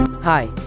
Hi